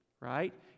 Right